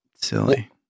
Silly